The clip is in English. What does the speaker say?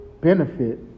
benefit